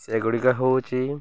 ସେଗୁଡ଼ିକ ହେଉଛି